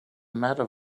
matter